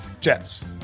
Jets